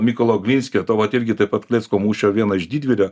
mykolo glinskio vat irgi taip pat klecko mūšio vieno iš didvyrio